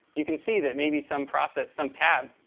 you can see that maybe some process, some tab,